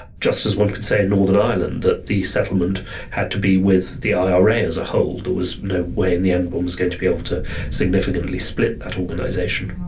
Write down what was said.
just as one can say in northern ireland that the settlement had to be with the ira as ah a was no way in the end one was going to be able to significantly split that organisation.